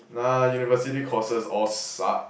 nah university courses all suck